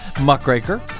muckraker